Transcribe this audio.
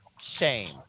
Shame